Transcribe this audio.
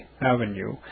Avenue